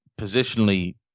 positionally